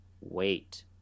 wait